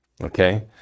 okay